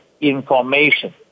information